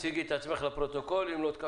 הצעת החוק?